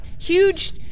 huge